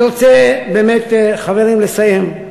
אני רוצה באמת, חברים, לסיים.